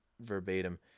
verbatim